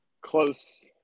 close